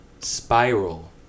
Spiral